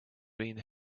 been